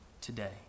today